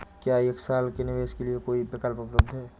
क्या एक साल के निवेश के लिए कोई विकल्प उपलब्ध है?